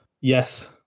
yes